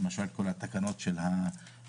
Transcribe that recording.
למשל, כל התקנות של הפיגומים.